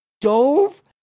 dove